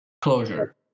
closure